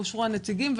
אושרו הנציגים.